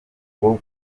ngo